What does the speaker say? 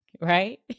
right